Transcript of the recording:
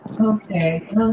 okay